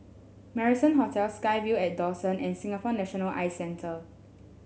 Marrison Hotel SkyVille at Dawson and Singapore National Eye Centre